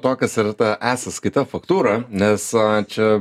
to kas yra ta e sąskaita faktūra nes čia